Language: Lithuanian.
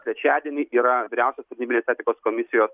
trečiadienį yra vyriausios tarnybinės etikos komisijos